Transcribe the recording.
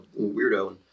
weirdo